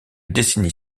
décennie